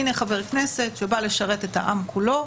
הינה חבר כנסת שבא לשרת את העם כולו,